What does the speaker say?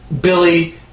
Billy